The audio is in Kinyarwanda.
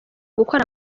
gukora